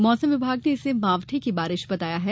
मौसम विभाग ने इसे मावठा की बारिश बताया है